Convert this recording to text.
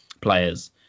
players